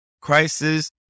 crisis